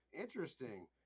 interesting